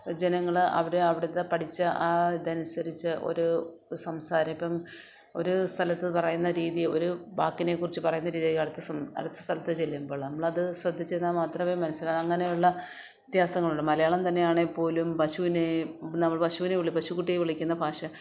ജനങ്ങൾ അവിടെ അവിടത്ത പഠിച്ച ആ ഇത് അനുസരിച്ച് ഒരു സംസാരം ഇപ്പം ഒരു സ്ഥലത്ത് പറയുന്ന രീതി ഒരു വാക്കിനെ കുറിച്ച് പറയുന്ന രീതി അടുത്ത സം അടുത്ത സ്ഥലത്ത് ചെല്ലുമ്പോൾ നമ്മൾ അത് ശ്രദ്ധിച്ചിരുന്നാൽ മാത്രമെ മനസ്സിലാകൂ അങ്ങനെയുള്ള വ്യത്യാസങ്ങളുണ്ട് മലയാളം തന്നെയാണെങ്കിൽ പോലും പശൂവിനെ നമ്മൾ പശുവിനെ വിളിക്കുന്ന പശുക്കുട്ടിയെ വിളിക്കുന്ന ഭാഷ